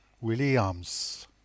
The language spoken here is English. Williams